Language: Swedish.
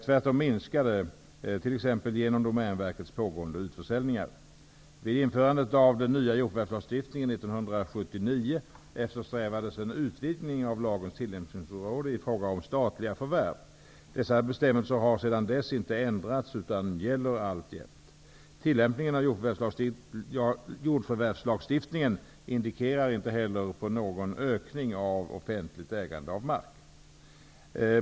Tvärtom minskar det t.ex. genom Dessa bestämmelser har sedan dess inte ändrats utan gäller alltjämt. Tillämpningen av jordförvärvslagstiftningen indikerar inte heller någon ökning av offentligt ägande av mark.